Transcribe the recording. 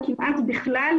או כמעט בכלל,